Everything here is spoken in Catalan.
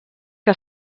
que